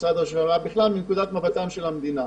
המדינה.